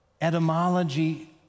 etymology